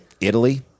Italy